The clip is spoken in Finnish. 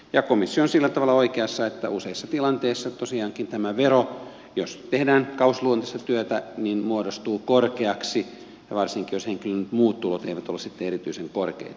komissio on sillä tavalla oikeassa että useissa tilanteissa tosiaankin tämä vero jos tehdään kausiluontoista työtä muodostuu korkeaksi varsinkin jos henkilön muut tulot eivät ole erityisen korkeita